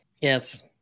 Yes